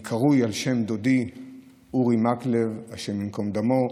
אני קרוי על שם דודי אורי מקלב, השם ייקום דמו,